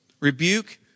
Rebuke